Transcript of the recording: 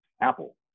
Apple